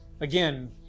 Again